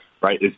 right